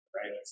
Right